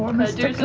mr.